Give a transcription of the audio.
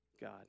God